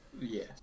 Yes